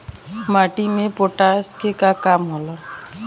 माटी में पोटाश के का काम होखेला?